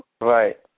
Right